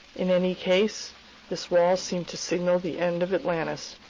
in any case this wall seemed to signal the end of atlantis,